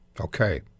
Okay